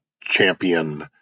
champion